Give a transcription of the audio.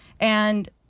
And-